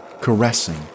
caressing